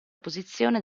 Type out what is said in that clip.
posizione